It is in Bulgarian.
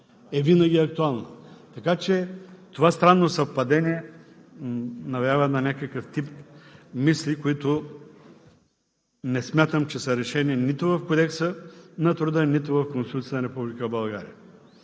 винаги е актуална. Така че това странно съвпадение навява на някакъв тип мисли, които не смятам, че са решени нито в Кодекса на труда, нито в Конституцията на Република България.